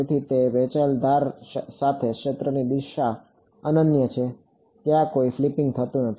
તેથી તે વહેંચાયેલ ધાર સાથે ક્ષેત્રની દિશા અનન્ય છે ત્યાં કોઈ ફ્લિપિંગ થતું નથી